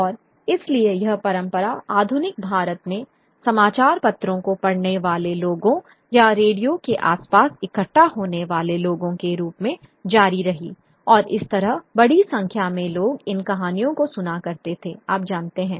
और इसलिए यह परंपरा आधुनिक भारत में समाचार पत्रों को पढ़ने वाले लोगों या रेडियो के आसपास इकट्ठा होने वाले लोगों के रूप में जारी रही और इस तरह बड़ी संख्या में लोग इन कहानियों को सुना करते थे आप जानते हैं